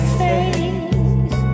face